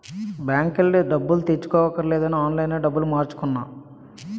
బాంకెల్లి డబ్బులు తెచ్చుకోవక్కర్లేదని ఆన్లైన్ లోనే డబ్బులు మార్చుకున్నాం